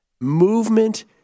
movement